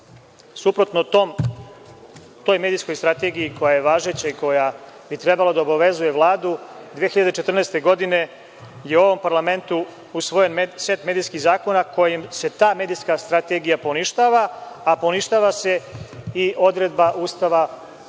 servisa. Suprotno toj medijskoj strategiji, koja je važeća i koja bi trebalo da obavezuje Vladu, 2014. godine je u ovom parlamentu usvojen set medijskih zakona kojim se ta medijska strategija poništava, a poništava se i odredba Ustava o